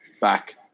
back